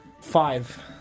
Five